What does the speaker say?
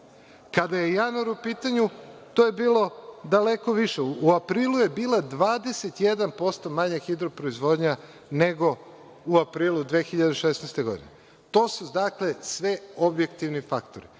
Kada je januar u pitanju to je bilo daleko više.U aprilu je bila 21% manja hidroproizvodnja nego u aprilu 2016. godine. To su dakle sve objektivni faktori